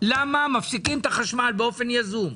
למה מפסיקים את החשמל באופן יזום?